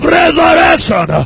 resurrection